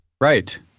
Right